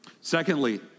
Secondly